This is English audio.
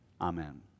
Amen